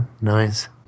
nice